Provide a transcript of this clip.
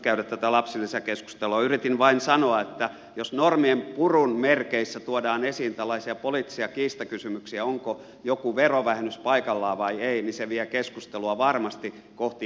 yritin vain sanoa että jos normien purun merkeissä tuodaan esiin tällaisia poliittisia kiistakysymyksiä onko joku verovähennys paikallaan vai ei niin se vie keskustelua varmasti kohti erimielisyyksiä